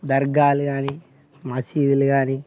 దర్గాలు గానీ మసీదులు గానీ